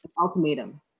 ultimatum